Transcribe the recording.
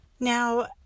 Now